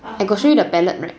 I got show you the palate right